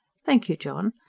thank you, john.